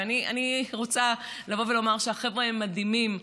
ואני רוצה לומר שהחבר'ה מדהימים,